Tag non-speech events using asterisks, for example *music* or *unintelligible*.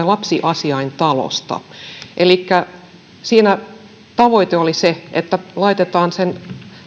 *unintelligible* lapsiasiain talosta siinä tavoite oli se että laitetaan sen